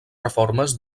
reformes